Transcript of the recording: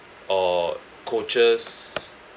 or coaches